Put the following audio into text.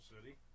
city